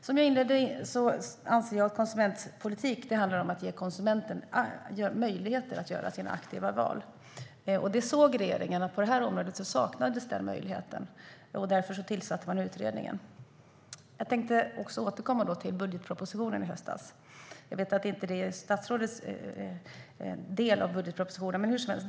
Som jag inledde med att säga anser jag att konsumentpolitik handlar om att ge konsumenten möjligheter att göra sina aktiva val. Regeringen såg att den möjligheten saknades på det här området, och därför tillsatte den utredningen. Jag tänker återkomma till budgetpropositionen i höstas. Jag vet att det inte är statsrådets del av budgetpropositionen, men hur som helst.